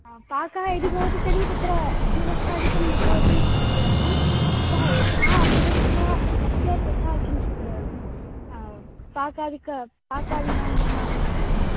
पाकः यदि भवति तर्हि तत्र अव्यवस्थादिकं न भवति इति चिन्तयामि अतः यथा अव्यवस्था न स्यात् तथा किञ्चित् पाकादिक पाकादीनां निर्माणं कुर्वन्तु